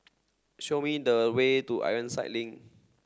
show me the way to Ironside Link